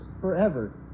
forever